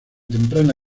temprana